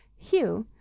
hugh,